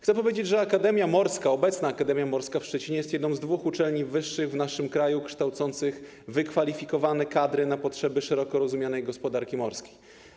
Chcę powiedzieć, że obecna Akademia Morska w Szczecinie jest jedną z dwóch uczelni wyższych w naszym kraju kształcących wykwalifikowane kadry na potrzeby szeroko rozumianej gospodarki morskiej.